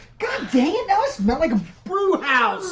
dang it, now i smell like a brew house.